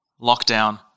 Lockdown